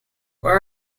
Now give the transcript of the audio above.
where